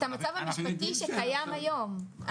את המצב המשפטי הקיים היום.